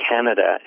Canada